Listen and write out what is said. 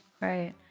right